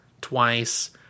twice